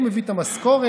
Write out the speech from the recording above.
הוא מביא את המשכורת,